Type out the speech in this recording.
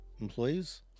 employees